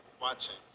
watching